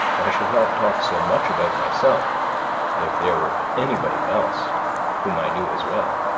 i should not talk so much about myself if there were anybody else whom i knew as well.